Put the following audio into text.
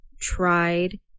tried